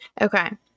Okay